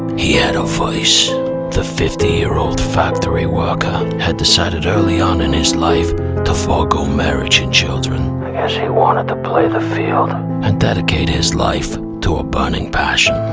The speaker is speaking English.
he had a vice the fifty year old factory worker had decided early on in his life to forego marriage and children as he wanted to play the field and dedicate his life to a burning passion